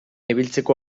ibiltzeko